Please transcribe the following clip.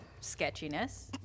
sketchiness